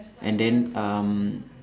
and then um